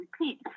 repeat